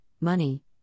money